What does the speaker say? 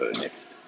next